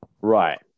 Right